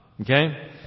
Okay